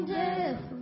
death